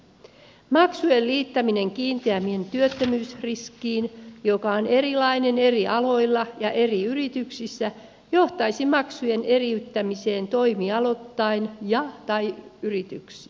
maksujen liittäminen kiinteämmin työttömyysriskiin joka on erilainen eri aloilla ja eri yrityksissä johtaisi maksujen eriyttämiseen toimialoittain tai yrityksittäin